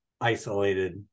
isolated